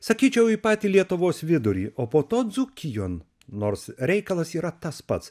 sakyčiau į patį lietuvos vidurį o po to dzūkijon nors reikalas yra tas pats